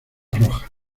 roja